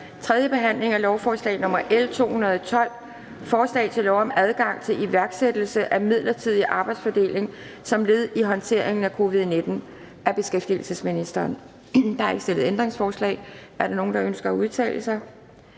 3. behandling af lovforslag nr. L 212: Forslag til lov om adgang til iværksættelse af midlertidig arbejdsfordeling som led i håndteringen af covid-19. Af beskæftigelsesministeren (Peter Hummelgaard). (Fremsættelse